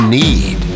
need